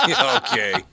Okay